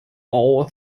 all